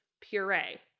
puree